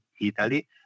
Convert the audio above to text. Italy